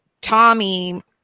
Tommy